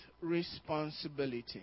responsibility